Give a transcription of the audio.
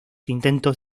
intentos